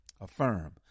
Affirm